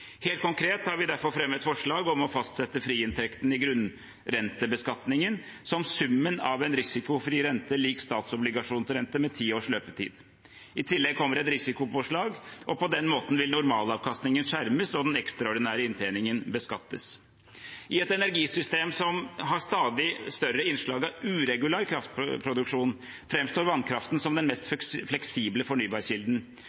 Helt konkret har vi derfor fremmet forslag om å fastsette friinntekten i grunnrentebeskatningen som summen av en risikofrirente lik statsobligasjonsrente med ti års løpetid. I tillegg kommer et risikopåslag. På den måten vil normalavkastningen skjermes og den ekstraordinære inntjeningen beskattes. I et energisystem som har stadig større innslag av uregulær kraftproduksjon, framstår vannkraften som den mest